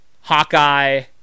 Hawkeye